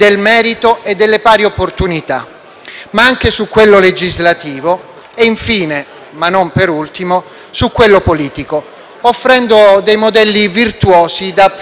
ma anche su quello legislativo e infine, ma non per ultimo, su quello politico, offrendo dei modelli virtuosi da applicare nelle prassi quotidiane.